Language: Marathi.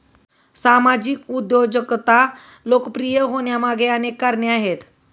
सामाजिक उद्योजकता लोकप्रिय होण्यामागे अनेक कारणे आहेत